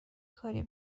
کاری